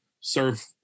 serve